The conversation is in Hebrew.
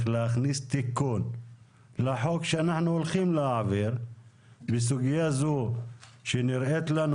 להכניס תיקון לחוק שאנחנו הולכים להעביר בסוגיה זו שנראית לנו